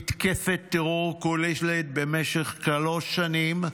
מתקפת טרור כוללת, במשך שלוש שנים,